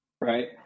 right